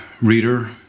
reader